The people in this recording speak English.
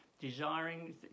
desiring